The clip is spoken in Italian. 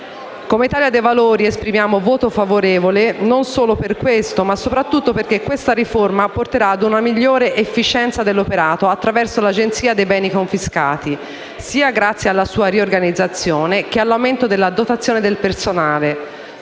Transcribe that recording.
Come Italia dei Valori esprimiamo voto favorevole, non solo per questo, ma soprattutto perché questa riforma porterà a una migliore efficienza dell'operato attraverso l'Agenzia dei beni confiscati, grazie sia alla sua riorganizzazione, che all'aumento della dotazione del personale,